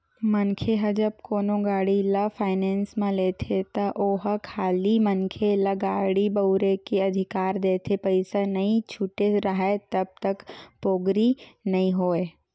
मनखे ह जब कोनो गाड़ी ल फायनेंस म लेथे त ओहा खाली मनखे ल गाड़ी बउरे के अधिकार देथे पइसा नइ छूटे राहय तब तक पोगरी नइ होय